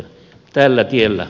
arvoisa puhemies